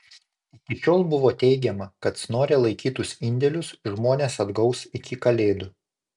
iki šiol buvo teigiama kad snore laikytus indėlius žmonės atgaus iki kalėdų